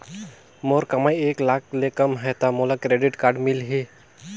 मोर कमाई एक लाख ले कम है ता मोला क्रेडिट कारड मिल ही?